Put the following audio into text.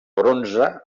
bronze